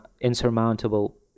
insurmountable